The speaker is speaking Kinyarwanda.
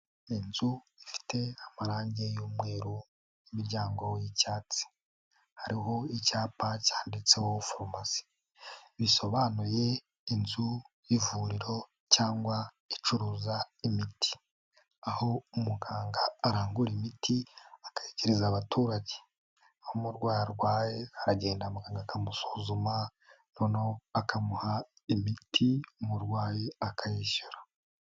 Inzu ifite amarangi y'umweru imiryango y'icyatsi, hariho icyapa cyanditseho farumasi bisobanuye inzu y'ivuriro cyangwa icuruza imiti, aho umuganga arangura imiti akayegereza abaturage, aho umurwayi arwaye aragenda muganga akamusuzuma noneho akamuha imiti umurwayi akayishyura.